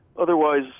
otherwise